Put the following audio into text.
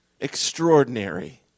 extraordinary